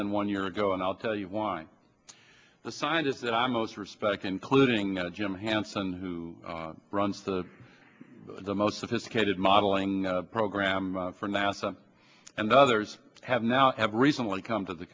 than one year ago and i'll tell you why the scientists that i most respect including that of jim hansen who runs the the most sophisticated modeling program for nasa and others have now have recently come to the